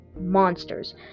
monsters